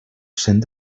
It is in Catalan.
cent